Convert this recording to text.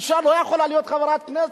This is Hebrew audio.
אשה לא יכולה להיות בהן חברת כנסת,